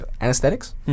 Anesthetics